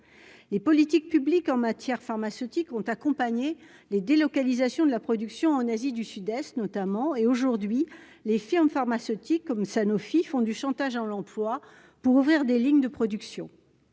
les politiques publiques en matière pharmaceutique ont accompagné les délocalisations de la production en Asie du Sud-Est, notamment, et aujourd'hui les firmes pharmaceutiques comme Sanofi font du chantage à l'emploi pour ouvrir des lignes de production,